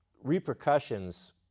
repercussions